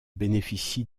bénéficie